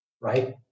right